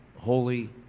holy